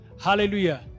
hallelujah